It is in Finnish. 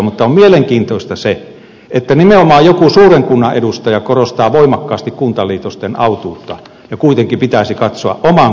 mutta on mielenkiintoista se että nimenomaan joku suuren kunnan edustaja korostaa voimakkaasti kuntaliitosten autuutta ja kuitenkin pitäisi katsoa oman kunnan tilannetta